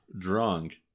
drunk